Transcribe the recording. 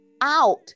out